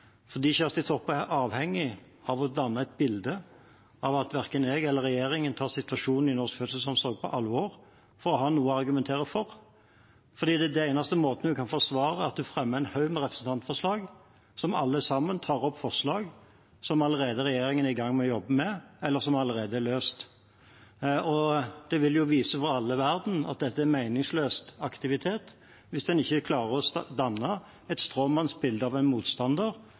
alle de årene hun refererer til. For Kjersti Toppe er avhengig av å danne et bilde av at verken jeg eller regjeringen tar situasjonen i norsk fødselsomsorg på alvor, for å ha noe å argumentere for. Det er fordi det er den eneste måten hun kan forsvare at hun fremmer en haug med representantforslag som alle sammen tar opp forslag som regjeringen allerede er i gang med å jobbe med, eller som allerede er løst. Det vil jo vise for alle i verden at dette er en meningsløs aktivitet hvis en ikke klarer å danne et stråmannsbilde av en motstander